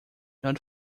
not